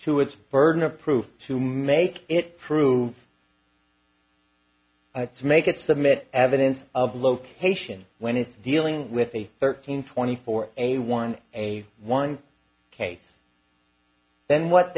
to its burden of proof to make it prove it to make it submit evidence of location when it's dealing with a thirteen twenty four a one a one case then what